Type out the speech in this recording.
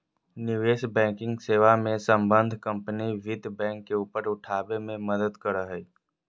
निवेश बैंकिंग सेवा मे सम्बद्ध कम्पनी वित्त बैंक के ऊपर उठाबे मे मदद करो हय